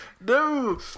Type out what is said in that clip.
No